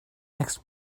next